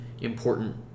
important